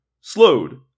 slowed